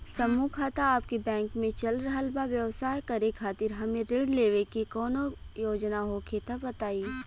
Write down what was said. समूह खाता आपके बैंक मे चल रहल बा ब्यवसाय करे खातिर हमे ऋण लेवे के कौनो योजना होखे त बताई?